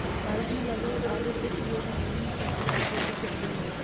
भारत में लगभग आधी कृषि योग्य भूमि चावल की खेती के अधीन है